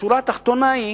בשורה התחתונה,